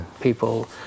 People